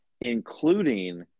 including